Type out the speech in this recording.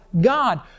God